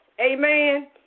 Amen